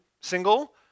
single